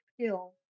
skill